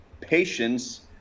patience